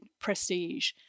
prestige